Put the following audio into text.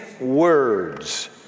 words